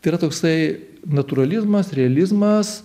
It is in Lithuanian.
tai yra toksai natūralizmas realizmas